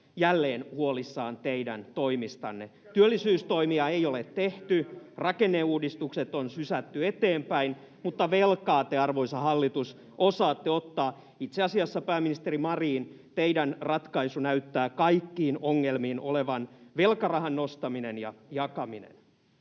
jälleen huolissaan teidän toimistanne. [Paavo Arhinmäen välihuuto] Työllisyystoimia ei ole tehty, rakenneuudistukset on sysätty eteenpäin, mutta velkaa te, arvoisa hallitus, osaatte ottaa. Itse asiassa, pääministeri Marin, teidän ratkaisunne näyttää kaikkiin ongelmiin olevan velkarahan nostaminen ja jakaminen.